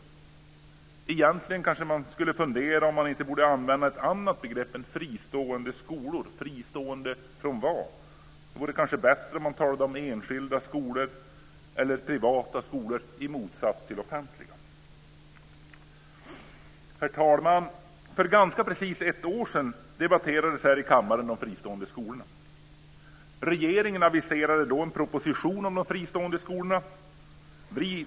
Egentligen kan man fundera över om man inte borde använda ett annat begrepp än fristående skolor - fristående från vad? Det vore kanske bättre om man talade om enskilda eller privata skolor, i motsats till offentliga. Herr talman! För ganska precis ett år sedan debatterades här i kammaren de fristående skolorna. Regeringen aviserade då en proposition om de fristående skolorna.